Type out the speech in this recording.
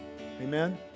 amen